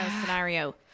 scenario